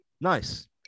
nice